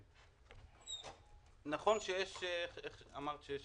לירון, אמרת שיש